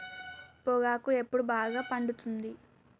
పొగాకు ఎప్పుడు బాగా పండుతుంది?